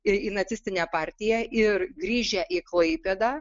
į į nacistinę partiją ir grįžę į klaipėdą